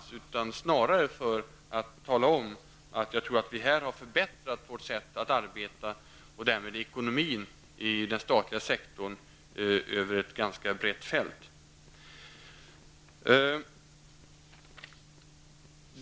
Snarare vill jag tala om att jag tror att vi här förbättrat vårt sätt att arbeta och därmed ekonomin i den statliga sektorn över ett ganska brett fält.